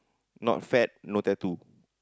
not fat no tattoo